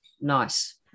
Nice